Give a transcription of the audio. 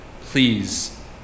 Please